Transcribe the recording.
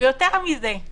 ויותר מזה,